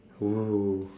!woo!